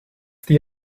the